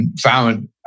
found